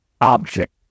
object